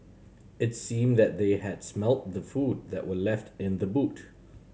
it seemed that they had smelt the food that were left in the boot